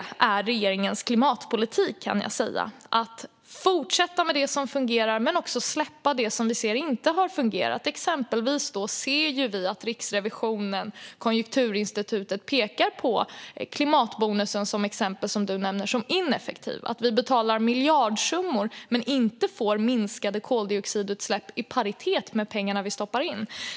Regeringens klimatpolitik innebär att fortsätta med det som fungerar och att släppa det som vi ser inte har fungerat. Exempelvis ser vi att Riksrevisionen och Konjunkturinstitutet pekar på klimatbonusen, som Elin Söderberg nämner, som ineffektiv. Vi betalar miljardsummor, men det blir inte minskade koldioxidutsläpp i paritet med pengarna vi stoppar in.